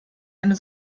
eine